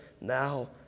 now